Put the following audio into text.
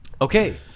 Okay